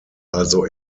also